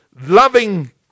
loving